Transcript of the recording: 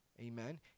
Amen